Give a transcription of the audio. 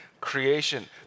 creation